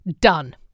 done